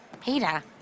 peter